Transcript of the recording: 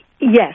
Yes